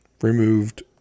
removed